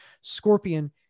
scorpion